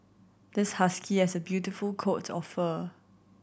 this husky has a beautiful coat of fur